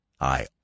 I